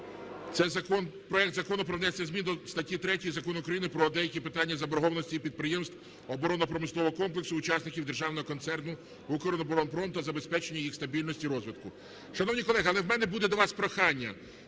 Це проект Закону про внесення змін до статті 3 Закону України "Про деякі питання заборгованості підприємств оборонно-промислового комплексу – учасників Державного концерну "Укроборонпром" та забезпечення їх стабільного розвитку". Шановні колеги, але в мене буде до вас прохання,